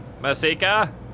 Masika